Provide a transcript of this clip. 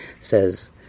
says